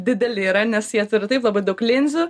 dideli yra nes jie turi taip labai daug linzių